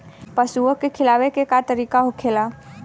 पशुओं के खिलावे के का तरीका होखेला?